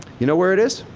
you know where it is?